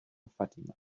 fatima